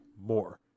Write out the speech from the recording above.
more